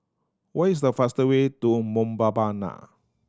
what is the fast way to Mbabana